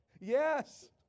Yes